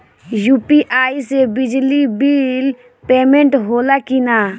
UPI से बिजली bill payment होला कि न?